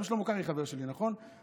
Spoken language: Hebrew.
גם שלמה קרעי חבר שלי, נכון?